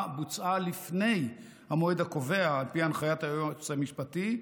בוצעה לפני המועד הקובע על פי הנחיית היועץ המשפטי,